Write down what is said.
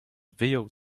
wyjął